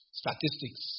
statistics